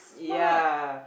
yeah